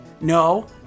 No